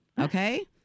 Okay